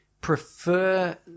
prefer